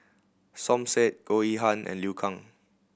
Som Said Goh Yihan and Liu Kang